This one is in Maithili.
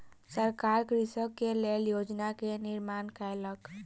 सरकार कृषक के लेल योजना के निर्माण केलक